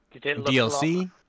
dlc